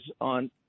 on